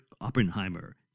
Oppenheimer